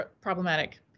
problematic